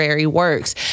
works